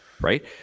right